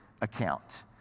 account